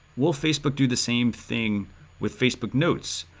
will facebook do the same thing with facebook notes,